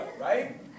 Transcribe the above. right